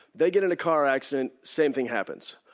they get in a car accident, same thing happens.